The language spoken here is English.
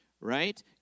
right